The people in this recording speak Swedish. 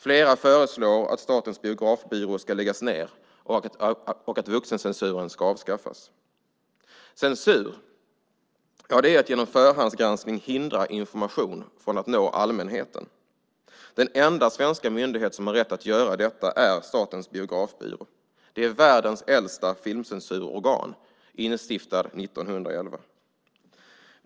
Flera föreslår att Statens biografbyrå ska läggas ned och att vuxencensuren ska avskaffas. Censur är att genom förhandsgranskning hindra information från att nå allmänheten. Den enda svenska myndighet som har rätt att göra detta är Statens biografbyrå. Det är världens äldsta filmcensurorgan, instiftat 1911.